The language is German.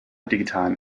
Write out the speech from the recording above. digitalen